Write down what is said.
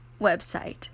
website